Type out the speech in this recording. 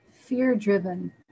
fear-driven